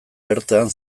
bertan